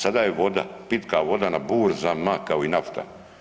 Sada je voda, pitka voda na burzama kao i nafta.